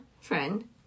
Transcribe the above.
friend